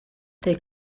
they